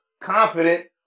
confident